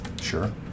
Sure